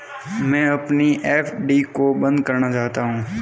मैं अपनी एफ.डी को बंद करना चाहता हूँ